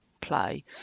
play